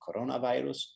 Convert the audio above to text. coronavirus